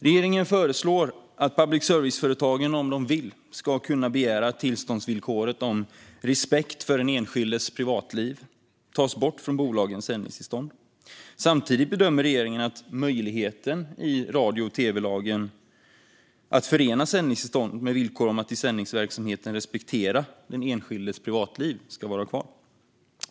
Regeringen föreslår att public service-företagen om de vill ska kunna begära att tillståndsvillkoret om respekt för den enskildes privatliv tas bort från bolagens sändningstillstånd. Samtidigt bedömer regeringen att möjligheten i radio och tv-lagen att förena sändningstillstånd med villkor om att i sändningsverksamheten respektera den enskildes privatliv ska vara kvar.